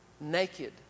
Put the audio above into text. naked